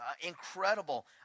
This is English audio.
incredible